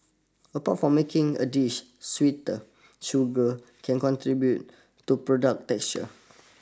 apart from making a dish sweeter sugar can contribute to product's texture